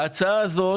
ההצעה הזאת